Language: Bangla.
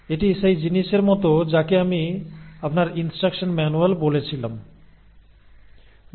আমি বলেছিলাম যে এটি আপনার ইনস্ট্রাকশন ম্যানুয়ালের মত